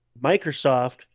Microsoft